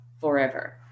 forever